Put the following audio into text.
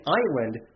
island